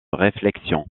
réflexion